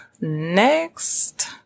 next